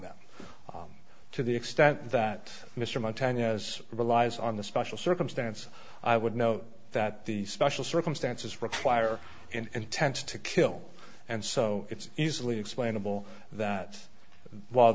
them to the extent that mr montana as relies on the special circumstance i would know that the special circumstances require and tends to kill and so it's easily explainable that while